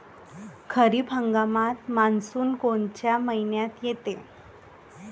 खरीप हंगामात मान्सून कोनच्या मइन्यात येते?